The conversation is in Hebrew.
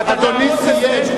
אדוני סיים.